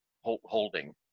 holding